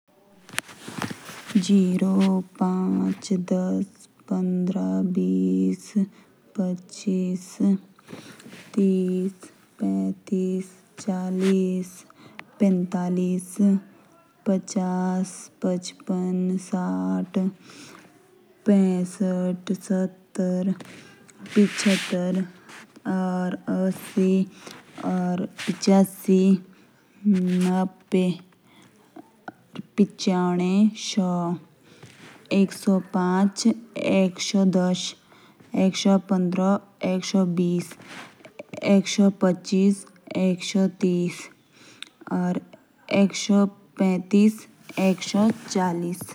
शून्य, पाच, दश, पन्द्रह, बिश, पचीस, तिश, पेती श, चालीस पेंतालिस, पचास, पचपन साथ, पेसट, सतर, पिचत्र, असि. पिचियासी नोम्बे, सो।